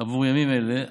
עבור ימים אלה,